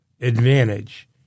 advantage